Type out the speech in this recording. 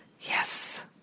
Yes